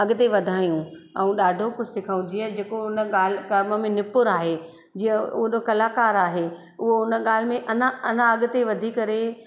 अॻिते वधायूं ऐं ॾाढो कुझु सिखूं जीअं जेको उन ॻाल्हि कम में निपुण आहे जीअं ओरो कलाकारु आहे उहो उन ॻाल्हि में अञा अञा अॻिते वधी करे